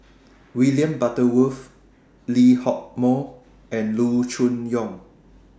William Butterworth Lee Hock Moh and Loo Choon Yong